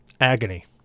agony